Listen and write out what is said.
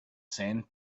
sand